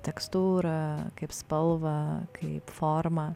tekstūrą kaip spalvą kaip formą